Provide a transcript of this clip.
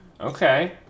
Okay